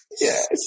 Yes